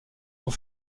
pour